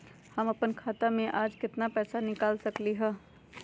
हम अपन खाता में से आज केतना पैसा निकाल सकलि ह?